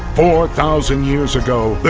four thousand years ago, but